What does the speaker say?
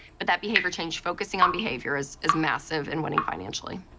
but that behavior change, focusing on behavior is is massive in winning financially.